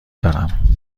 دارم